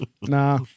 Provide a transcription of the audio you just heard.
Nah